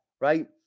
right